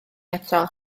ato